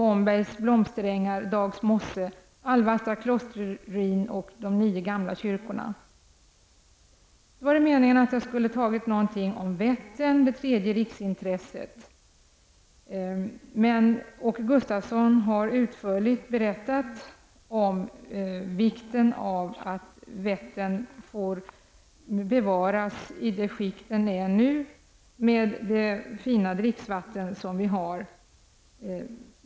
Där finns t.ex. Ombergs blomsterängar, Dags mosse, Sedan var det mening att jag skulle tala någonting om Vättern, det tredje riksintresset. Men Åke Gustavsson har utförligt berättat om vikten av att Vättern får bevaras i det skick den är nu, men det fina dricksvatten som vi har.